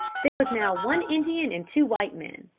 there was now one indian and two white men.